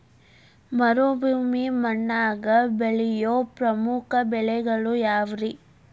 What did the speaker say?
ಮರುಭೂಮಿ ಮಣ್ಣಾಗ ಬೆಳೆಯೋ ಪ್ರಮುಖ ಬೆಳೆಗಳು ಯಾವ್ರೇ?